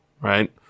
right